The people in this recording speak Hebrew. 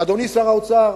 אדוני שר האוצר,